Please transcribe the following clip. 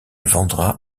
vendra